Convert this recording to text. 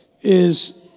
is-